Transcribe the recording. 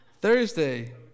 Thursday